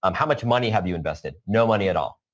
um how much money have you invested? no money at all.